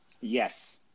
Yes